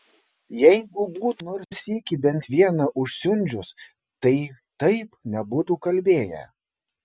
jeigu būtų nors sykį bent vieną užsiundžius tai taip nebūtų kalbėję